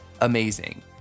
amazing